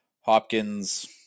Hopkins